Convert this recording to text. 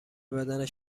بدنش